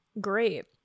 great